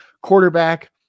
quarterback